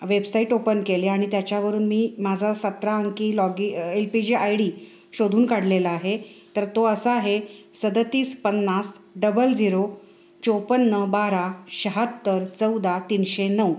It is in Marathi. वेबसाईट ओपन केले आणि त्याच्यावरून मी माझा सतरा अंकी log L P G I D शोधून काढलेला आहे तर तो असा आहे सदतीस पन्नास डबल झिरो चोपन्न बारा शहात्तर चौदा तीनशे नऊ